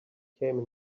came